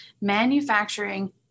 Manufacturing